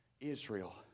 Israel